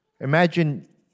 Imagine